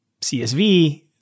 CSV